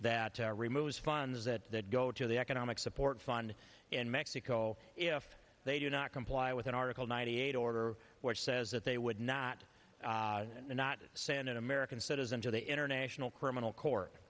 that removes funds that go to the economic support fund in mexico if they do not comply with an article ninety eight order which says that they would not not send an american citizen to the international criminal